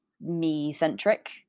me-centric